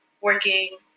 working